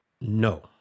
No